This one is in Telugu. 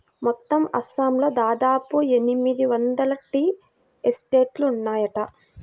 మొత్తం అస్సాంలో దాదాపు ఎనిమిది వందల టీ ఎస్టేట్లు ఉన్నాయట